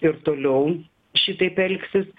ir toliau šitaip elgsis